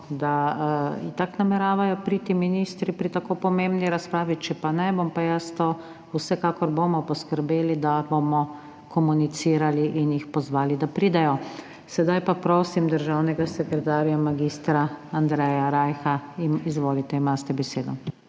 itak nameravajo priti pri tako pomembni razpravi. Če ne, bomo pa vsekakor poskrbeli, da bomo komunicirali in jih pozvali, da pridejo. Sedaj pa prosim državnega sekretarja mag. Andreja Rajha. Izvolite, imate besedo.